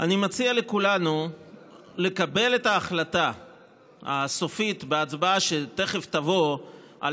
אני מציע לכולנו לקבל את ההחלטה הסופית בהצבעה שתכף תבוא על